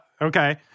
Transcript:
okay